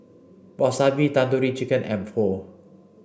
Wasabi Tandoori Chicken and Pho